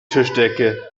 tischdecke